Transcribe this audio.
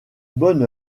bonne